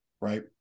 Right